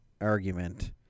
argument